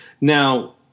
Now